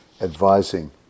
advising